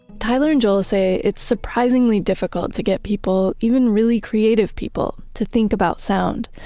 tyler and joel say it's surprisingly difficult to get people, even really creative people, to think about sound,